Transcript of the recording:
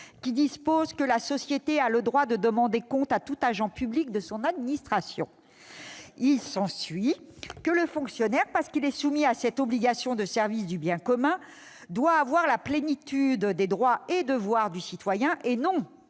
qui dispose :« La société a le droit de demander compte à tout agent public de son administration. » Il s'ensuit que le fonctionnaire, parce qu'il est soumis à cette obligation de service du bien commun, doit avoir la plénitude des droits et devoirs du citoyen et non